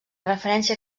referència